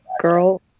girl